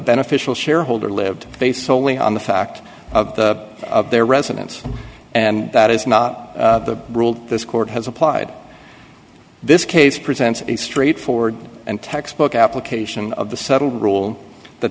beneficial shareholder lived based solely on the fact of their residence and that is not the rule this court has applied this case presents a straightforward and textbook application of the subtle rule that